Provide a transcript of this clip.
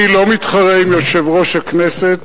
לא מתחרה עם יושב-ראש הכנסת,